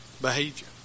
behavior